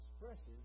expresses